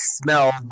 smell